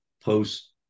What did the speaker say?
post